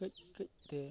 ᱠᱟᱹᱡᱼᱠᱟᱹᱡ ᱛᱮ